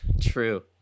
True